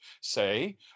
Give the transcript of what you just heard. say